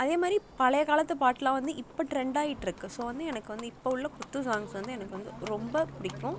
அதேமாதிரி பழைய காலத்து பாட்டுலாம் வந்து இப்போ டிரெண்ட் ஆகிட்ருக்கு ஸோ வந்து எனக்கு வந்து இப்போது உள்ள குத்து சாங்ஸ் வந்து எனக்கு வந்து ரொம்ப பிடிக்கும்